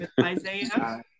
Isaiah